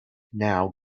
now